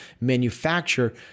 manufacture